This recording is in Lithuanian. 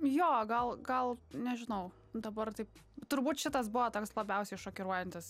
jo gal gal nežinau dabar taip turbūt šitas buvo toks labiausiai šokiruojantis